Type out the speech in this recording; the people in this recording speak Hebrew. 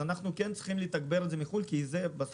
אז אנחנו כן צריכים לתגבר את זה מחו"ל כי בסוף